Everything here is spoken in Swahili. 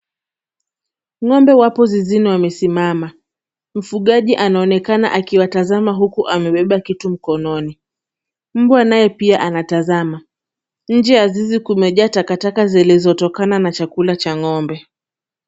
Ng'ombe wapo zizini, wamesimama. Mfugaji anaonekana akiwatazama, huku amebeba kitu mkononi. Mbwa naye pia anatazama. Nje ya zizi kumejaa takataka zilizotokana na chakula cha ng'ombe.